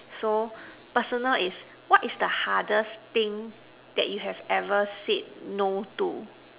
so personal is what is the hardest thing that you have ever said no to